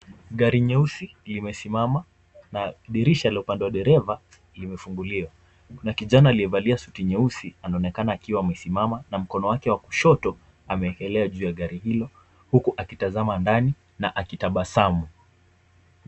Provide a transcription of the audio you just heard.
Gari nyeusi limesimama, na dirisha la upande wa dereva limefunguliwa. Kuna kijana aliyebalia suti nyeusi anonekana akiwa amesimama na mkono wake wa kushoto ameeleza gari hilo huku akitazama ndani na aki tabasamu.